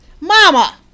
Mama